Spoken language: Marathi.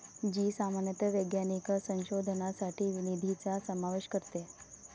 जी सामान्यतः वैज्ञानिक संशोधनासाठी निधीचा समावेश करते